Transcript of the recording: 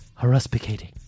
haruspicating